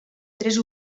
tres